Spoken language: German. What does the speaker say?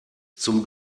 zum